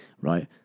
Right